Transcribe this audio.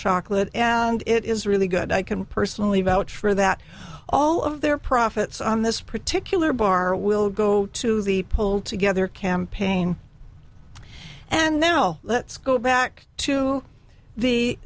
chocolate and it is really good i can personally vouch for that all of their profits on this particular bar will go to the pull together campaign and then now let's go back to the